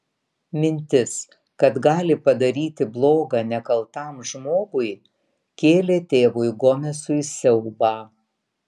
mintis kad gali padaryti bloga nekaltam žmogui kėlė tėvui gomesui siaubą